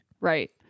Right